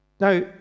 Now